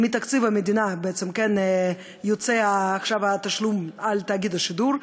מתקציב המדינה בעצם יוצא עכשיו התשלום על תאגיד השידור,